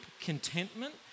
contentment